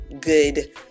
good